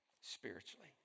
spiritually